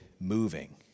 moving